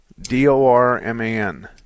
D-O-R-M-A-N